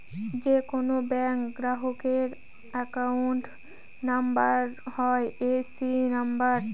যে কোনো ব্যাঙ্ক গ্রাহকের অ্যাকাউন্ট নাম্বার হয় এ.সি নাম্বার